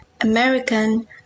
American